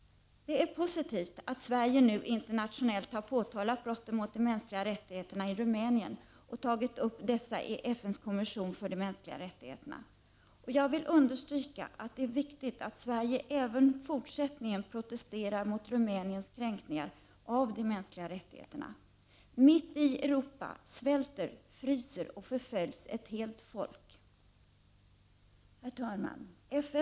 Det är positivt att Sverige nu internationellt har påtalat brotten mot de mänskliga rättigheterna i Rumänien och tagit upp dessa i FN:s kommission för de mänskliga rättigheterna. Och jag vill understryka att det är viktigt att Sverige även i fortsättningen protesterar mot Rumäniens kränkningar av de mänskliga rättigheterna. Mitt i Europa svälter, fryser och förföljs ett helt folk. Herr talman!